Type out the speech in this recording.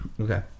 Okay